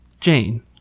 Jane